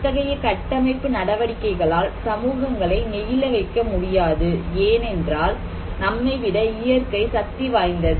அத்தகைய கட்டமைப்பு நடவடிக்கைகளால் சமூகங்களை நெகிழ வைக்க முடியாது ஏனென்றால் நம்மை விட இயற்கை சக்தி வாய்ந்தது